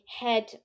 head